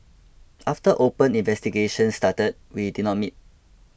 after open investigations started we did not meet